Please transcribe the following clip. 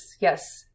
yes